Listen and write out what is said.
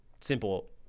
simple